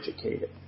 educated